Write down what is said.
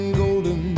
golden